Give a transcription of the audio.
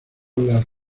las